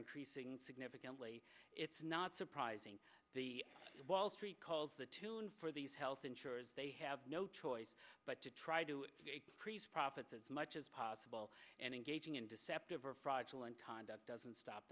increasing significantly it's not surprising the wall street calls the tune for these health insurers they have no choice but to try to be a priest profit as much as possible and engaging in deceptive or fraudulent conduct doesn't stop